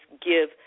give